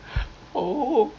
ah sentosa is it